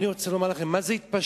אני רוצה לומר לכם, מה זה התפשטות?